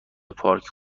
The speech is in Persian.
پارک